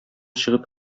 чыгып